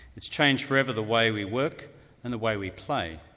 it's changed forever the way we work and the way we play.